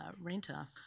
renter